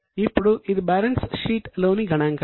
ఇప్పుడు ఇది బ్యాలెన్స్ షీట్లోని గణాంకాలు